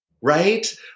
right